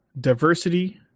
diversity